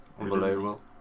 Unbelievable